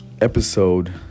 episode